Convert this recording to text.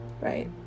right